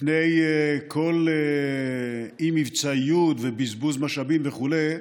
לפני כל אי-מבצעיות ובזבוז משאבים וכו',